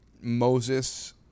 Moses